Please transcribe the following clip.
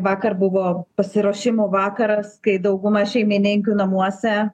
vakar buvo pasiruošimo vakaras kai dauguma šeimininkių namuose